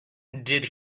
did